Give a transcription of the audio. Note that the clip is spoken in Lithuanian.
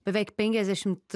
beveik penkiasdešimt